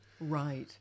Right